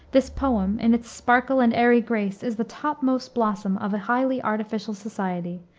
this poem, in its sparkle and airy grace, is the topmost blossom of a highly artificial society,